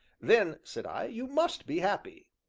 then, said i, you must be happy.